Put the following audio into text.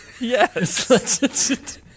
Yes